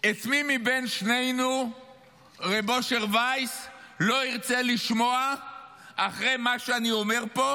את מי מבין שנינו רב אשר וייס לא ירצה לשמוע אחרי מה שאני אומר פה,